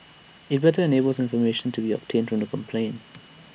IT enables better information to be obtained from the complainant